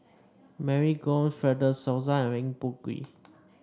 Mary Gomes Fred De Souza and Eng Boh Kee